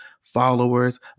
followers